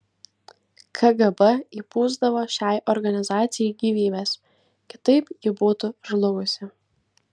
kgb įpūsdavo šiai organizacijai gyvybės kitaip ji būtų žlugusi